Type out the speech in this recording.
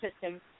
system